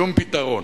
שום פתרון